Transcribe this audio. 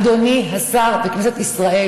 אדוני השר וכנסת ישראל,